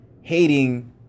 hating